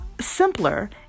simpler